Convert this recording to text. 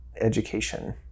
education